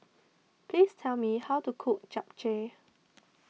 please tell me how to cook Japchae